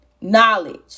knowledge